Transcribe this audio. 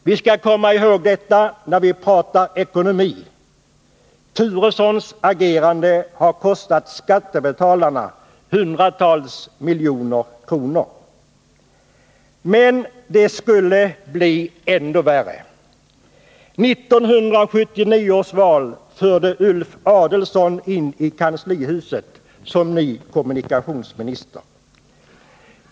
Vi skall komma ihåg detta när vi pratar ekonomi. Bo Turessons agerande har Nr 53 kostat skattebetalarna hundratals miljoner kronor. Men det skulle bli ändå värre! 1979 års val förde Ulf Adelsohn in i kanslihuset som ny kommunikationsminister.